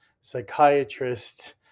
psychiatrist